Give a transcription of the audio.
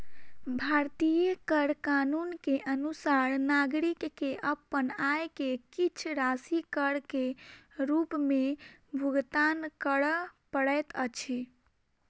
भारतीय कर कानून के अनुसार नागरिक के अपन आय के किछ राशि कर के रूप में भुगतान करअ पड़ैत अछि